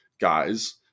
guys